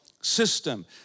system